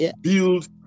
build